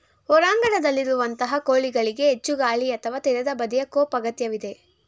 ಹೊರಾಂಗಣದಲ್ಲಿರುವಂತಹ ಕೋಳಿಗಳಿಗೆ ಹೆಚ್ಚು ಗಾಳಿ ಅಥವಾ ತೆರೆದ ಬದಿಯ ಕೋಪ್ ಅಗತ್ಯವಿದೆ